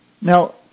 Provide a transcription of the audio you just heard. now